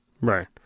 right